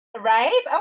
right